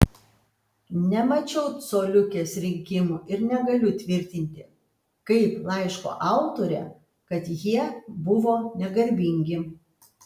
nemačiau coliukės rinkimų ir negaliu tvirtinti kaip laiško autorė kad jie buvo negarbingi